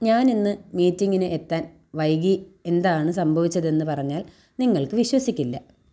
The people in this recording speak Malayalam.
ഞാൻ ഇന്ന് മീറ്റിംഗിന് എത്താൻ വൈകി എന്താണ് സംഭവിച്ചതെന്ന് പറഞ്ഞാൽ നിങ്ങൾക്ക് വിശ്വസിക്കില്ല